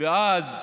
ואז